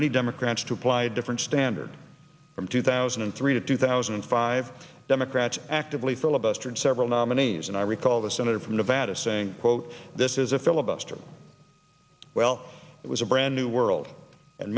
many democrats to apply different standards from two thousand and three to two thousand and five democrats actively filibustered several nominees and i recall the senator from nevada saying quote this is a filibuster well it was a brand new world and